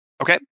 Okay